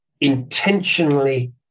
intentionally